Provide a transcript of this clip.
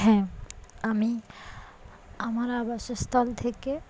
হ্যাঁ আমি আমার আবাসস্থল থেকে